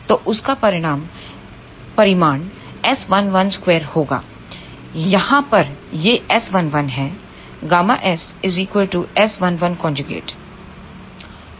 तो उस का परिमाण S112 होगा यहाँ पर यह S11 है Γs S11 है